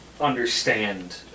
understand